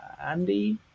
Andy